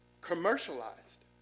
commercialized